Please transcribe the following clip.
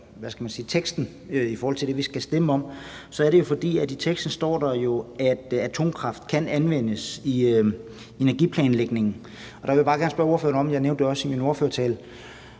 og læser teksten i forhold til det, vi skal stemme om, at der i teksten står, at atomkraft kan anvendes i energiplanlægningen. Og der vil jeg bare gerne spørge ordføreren – jeg nævnte det også i min ordførertale